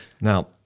Now